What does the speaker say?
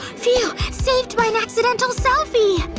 phew! saved by an accidental selfie!